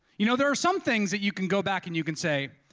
you know there are some things that you can go back, and you can say,